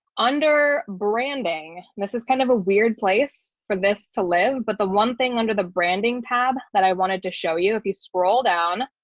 under branding. this is kind of a weird place for this to live. but the one thing under the branding tab that i wanted to show you, if you scroll down,